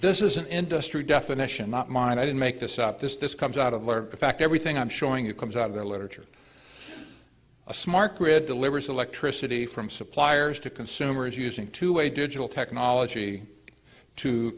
this is an industry definition not mine i didn't make this up this this comes out of learning the fact everything i'm showing you comes out of the literature a smart grid delivers electricity from suppliers to consumers using to a digital technology to